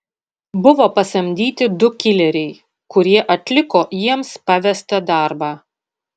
buvo pasamdyti du kileriai kurie atliko jiems pavestą darbą